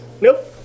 Nope